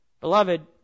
Beloved